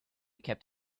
kept